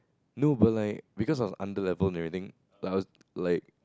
no but like because I was under level and everything like I was like